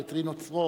ואת רינו צרור,